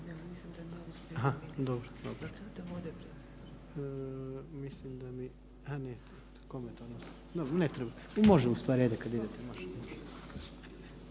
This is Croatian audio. mislim da mi